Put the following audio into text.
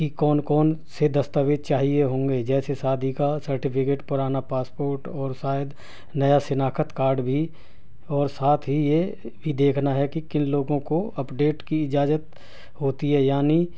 کہ کون کون سے دستاویز چاہیے ہوں گے جیسے شادی کا سرٹیفکیٹ پرانا پاسپورٹ اور شاید نیا شناخت کارڈ بھی اور ساتھ ہی یہ بھی دیکھنا ہے کہ کن لوگوں کو اپ ڈیٹ کی اجازت ہوتی ہے یعنی